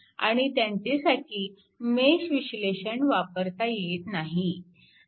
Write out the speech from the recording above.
आणि त्यांचेसाठी मेश विश्लेषण वापरता येत नाही